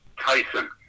Tyson